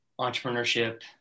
entrepreneurship